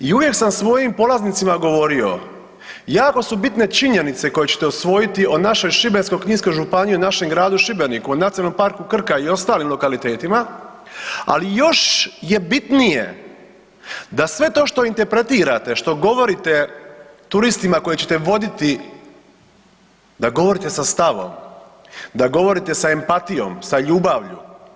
I uvijek sam svojim polaznicima govorio, jako su bitne činjenice koje ćete usvojiti o našoj Šibensko-kninskoj županiji, o našem gradu Šibeniku, o Nacionalnom parku Krka i ostalim lokalitetima, ali još je bitnije da sve to što interpretirate, što govorite turistima koje ćete voditi, da govorite sa stavom, da govorite sa empatijom, sa ljubavlju.